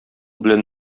белән